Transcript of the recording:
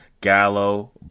Gallo